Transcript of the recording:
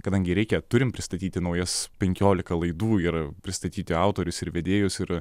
kadangi reikia turim pristatyti naujas penkiolika laidų ir pristatyti autorius ir vedėjus ir